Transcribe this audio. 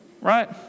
Right